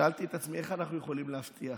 ושאלתי את עצמי איך אנחנו יכולים להבטיח